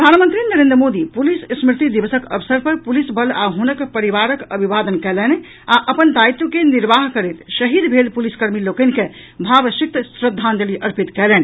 प्रधानमंत्री नरेन्द्र मोदी पुलिस स्मृति दिवसक अवसर पर पुलिस बल आ हुनक परिवारक अभिवादन कयलनि आ अपन दायित्व के निर्वाह करैत शहीद भेल पुलिसकर्मी लोकनि के भावसिक्त श्रद्धांजलि अर्पित कयलनि